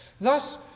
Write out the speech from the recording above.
Thus